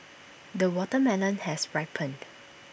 the watermelon has ripened